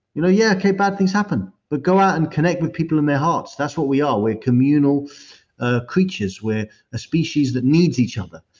you know yeah, okay, bad things happen, but go out and connect with people in their hearts. that's what we are. we're communal ah creatures. we're a species that needs each other,